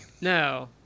No